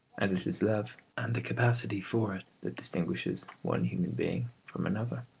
and it is love and the capacity for it that distinguishes one human being from another.